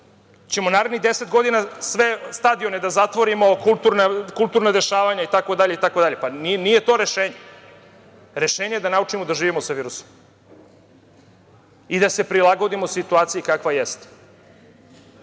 li narednih 10 godina sve stadione da zatvorimo, kulturna dešavanja, itd.? Nije to rešenje. Rešenje je da naučimo da živimo sa virusom i da se prilagodimo situaciji kakva jeste. Molim